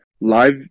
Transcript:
live